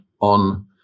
on